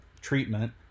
treatment